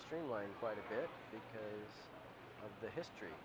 streamline quite a bit of the history